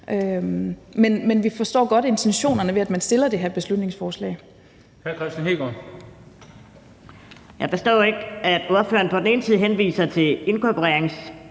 Men vi forstår godt intentionerne med, at man fremsætter det her beslutningsforslag.